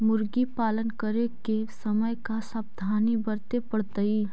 मुर्गी पालन करे के समय का सावधानी वर्तें पड़तई?